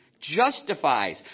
Justifies